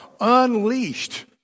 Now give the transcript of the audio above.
unleashed